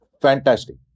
Fantastic